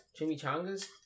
Chimichangas